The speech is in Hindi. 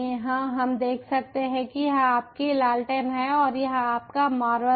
हाँ हम देख सकते हैं कि यह आपकी लालटेन है और यह आपका मार्वल्स है